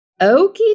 Okie